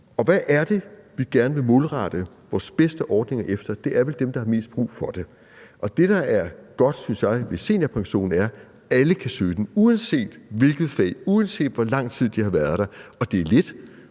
hvad er det, vi gerne vil målrette vores bedste ordninger mod? Det er vel dem, der har mest brug for det, og det, der er godt, synes jeg, ved seniorpensionen, er, at alle kan søge den, uanset hvilket fag de kommer fra, og uanset hvor lang tid de har været der. Så er det